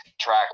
track